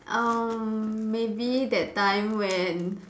um maybe that time when